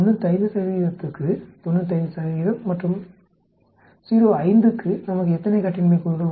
95 க்கு 95 மற்றும் 05 க்கு நமக்கு எத்தனை கட்டின்மை கூறுகள் உள்ளன